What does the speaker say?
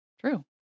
true